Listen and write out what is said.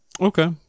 Okay